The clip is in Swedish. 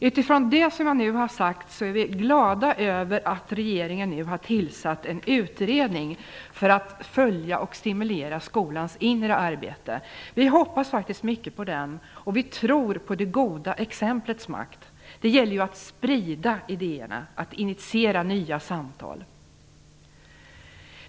Utifrån det som jag nu har sagt är vi glada över att regeringen nu har tillsatt en utredning för att följa och stimulera skolans inre arbete. Vi hoppas faktiskt mycket på den, och vi tror på det goda exemplets makt. Det gäller ju att sprida idéerna och att initiera nya samtal.